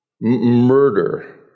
Murder